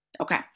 Okay